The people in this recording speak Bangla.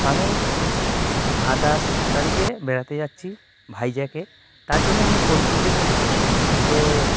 আমি আঠাশ তারিখে বেড়াতে যাচ্ছি ভাইজ্যাগে তার জন্য আমি প্রস্তুতি নিচ্ছি যে